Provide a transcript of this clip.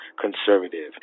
conservative